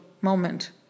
moment